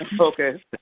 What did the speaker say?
Okay